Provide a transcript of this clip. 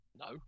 No